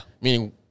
meaning